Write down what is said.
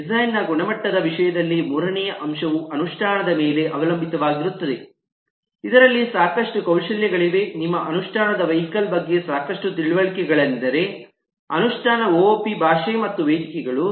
design ನ ಗುಣಮಟ್ಟದ ವಿಷಯದಲ್ಲಿ ಮೂರನೆಯ ಅಂಶವು ಅನುಷ್ಠಾನದ ಮೇಲೆ ಅವಲಂಬಿತವಾಗಿರುತ್ತದೆ ಇದರಲ್ಲಿ ಸಾಕಷ್ಟು ಕೌಶಲ್ಯಗಳಿವೆ ನಿಮ್ಮ ಅನುಷ್ಠಾನದ ವೆಹಿಕಲ್ ಬಗ್ಗೆ ಸಾಕಷ್ಟು ತಿಳುವಳಿಕೆಗಳೆನೆಂದರೆ ಅನುಷ್ಠಾನ ಒಒಪಿ ಭಾಷೆ ಮತ್ತು ವೇದಿಕೆಗಳು